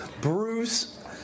Bruce